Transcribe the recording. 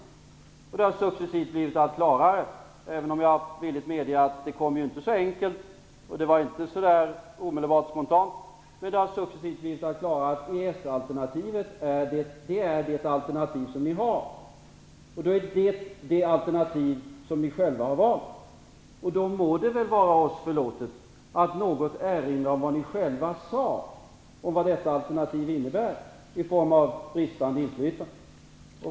Alternativen har successivt blivit allt klarare, även om jag villigt medger att de inte kom så enkelt och inte så omedelbart spontant, utan det har successivt blivit allt klarare att EES-alternativet är det alternativ som vi har. Och det är det alternativ som ni själva har valt. Då må det väl vara oss förlåtet att något erinra om vad ni själva sade om vad detta alternativ innebär i form av bristande inflytande.